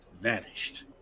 vanished